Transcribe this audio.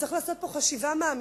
צריך לעשות פה חשיבה מעמיקה,